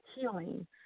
Healing